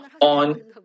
on